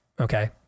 Okay